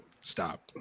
Stop